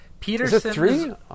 Peterson